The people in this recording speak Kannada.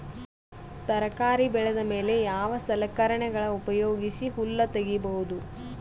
ತರಕಾರಿ ಬೆಳದ ಮೇಲೆ ಯಾವ ಸಲಕರಣೆಗಳ ಉಪಯೋಗಿಸಿ ಹುಲ್ಲ ತಗಿಬಹುದು?